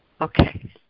okay